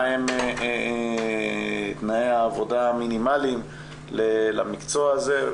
מה הם תנאי העבודה המינימליים למקצוע הזה.